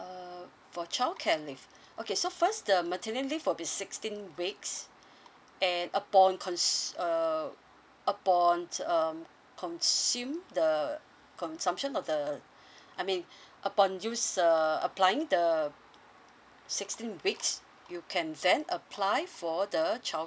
uh for childcare leave okay so first the maternity will be sixteen weeks and upon consu~ uh upon this um consume consumption of the I mean upon use uh applying the sixteen weeks you can then apply for the child cate